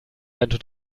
werden